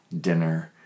dinner